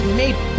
made